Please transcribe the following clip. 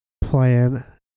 plan